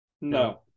No